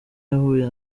yahuye